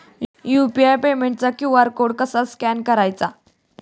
UPI पेमेंटचा QR code कसा scan करायचा?